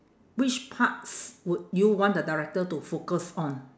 which parts would you want the director to focus on